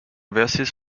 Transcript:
verses